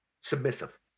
submissive